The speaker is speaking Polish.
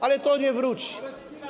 Ale to nie wróci.